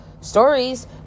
stories